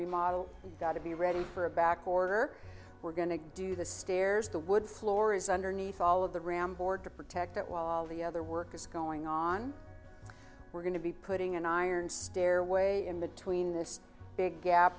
remodel got to be ready for a back order we're going to do the stairs the wood floor is underneath all of the ram board to protect it while all the other work is going on we're going to be putting an iron stairway in the tween this big gap